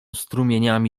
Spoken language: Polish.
strumieniami